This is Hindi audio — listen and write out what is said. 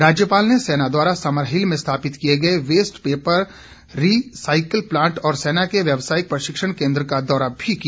राज्यपाल ने सेना द्वारा समरहिल में स्थापित किए गए वेस्ट पेपर रिसाईकिल प्लांट और सेना के व्यवसायिक प्रशिक्षण केंद्र का दौरा भी किया